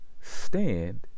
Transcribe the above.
stand